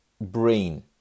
brain